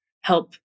help